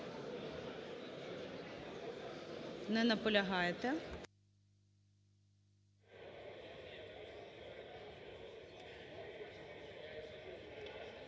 Не наполягаєте.